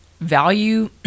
value